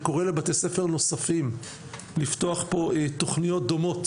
וקורא לבתי ספר נוספים לפתוח פה תכניות דומות,